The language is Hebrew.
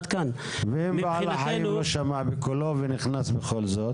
ואם בעל החיים לא שמע בקולו ונכנס בכל זאת?